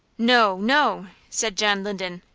no, no! said john linden,